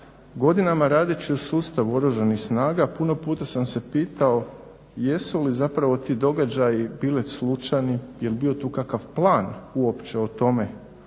Godinama radeći u sustavu Oružanih snaga puno puta sam se pitao jesu li zapravo ti događali bili slučajni, jeli bio tu kakav plan uopće o tome